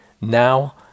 now